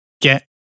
get